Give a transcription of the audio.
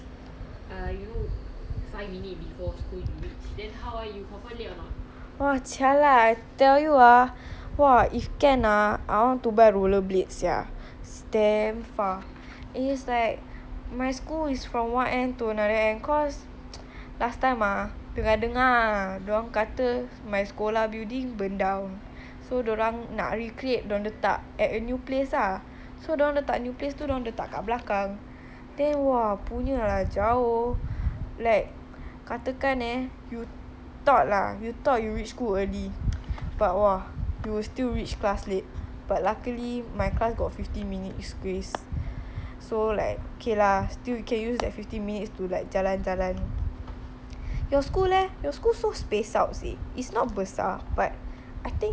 !wah! jialat I tell you ah !wah! if can ah I want buy roller blade sia it's damn far it's like my school is one end to the other end cause last time ah dengar dengar ah dorang kata my sekolah building burn down so dorang nak reclaim dorang letak at a new place ah so dorang letak new place tu dorang letak kat belakang then !wah! punya lah jauh like katakan eh you thought ah you thought you reach school early but !wah! you still reach class late but luckily my class got fifteen minutes grace so like okay lah can still use that fifteen minutes to jalan jalan your school leh your school so spaced out seh it's not besar but I think it's quite spaced out not far meh from one class to the other